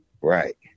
right